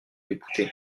député